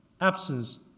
Absence